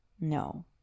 no